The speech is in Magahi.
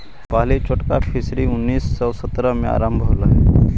पहिला जोटाक फिशरी उन्नीस सौ सत्तर में आरंभ होले हलइ